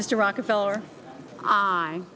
mr rockefeller